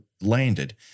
landed